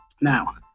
Now